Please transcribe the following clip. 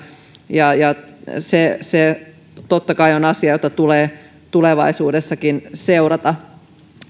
ja ja se se totta kai on asia jota tulee tulevaisuudessakin seurata